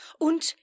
Und